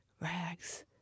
Rags